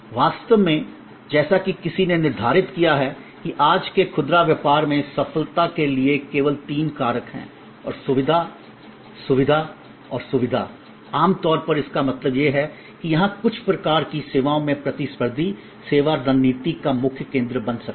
वास्तव में जैसा कि किसी ने निर्धारित किया है कि आज के खुदरा व्यापार में सफलत के लिए केवल तीन कारक हैं सुविधा सुविधा और सुविधा आमतौर पर इसका मतलब यह है कि यह कुछ प्रकार की सेवाओं में प्रतिस्पर्धी सेवा रणनीति का मुख्य केंद्र बन सकता है